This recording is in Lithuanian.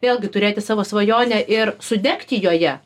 vėlgi turėti savo svajonę ir sudegti joje